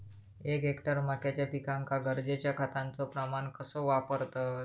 एक हेक्टर मक्याच्या पिकांका गरजेच्या खतांचो प्रमाण कसो वापरतत?